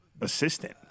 assistant